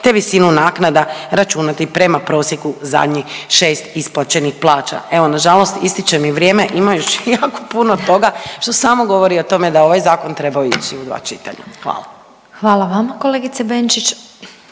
te visinu naknada računati prema prosjeku zadnjih 6 isplaćenih plaća. Evo nažalost ističe mi vrijeme, ima još jako puno toga što samo govori o tome da je ovaj zakon trebao ići u dva čitanja. Hvala. **Glasovac, Sabina